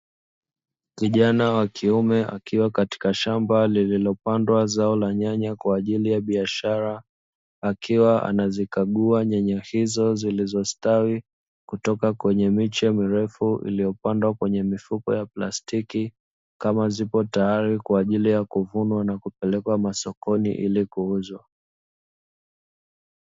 Kijana wa kiume akiwa katika shamba lililopandwa zao la nyanya kwa ajili ya biashara akiwa anazikagua nyanya hizo zilizostawi kutoka kwenye miche mirefu iliyopandwa kwenye mifuko ya plastiki kama zipo tayari kwa ajili ya kuvunwa na kupelekwa masokoni kwa ajili ya kuuzwa.